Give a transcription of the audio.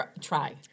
try